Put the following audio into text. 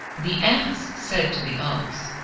the ass said to the ox,